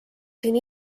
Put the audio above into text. siin